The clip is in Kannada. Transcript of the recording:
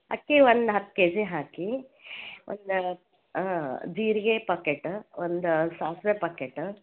ಅಕ್ಕಿ ಒಂದು ಹತ್ತು ಕೆ ಜಿ ಹಾಕಿ ಒಂದು ಜೀರಿಗೆ ಪಾಕೆಟ್ ಒಂದು ಸಾಸಿವೆ ಪಕೆಟ್